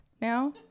now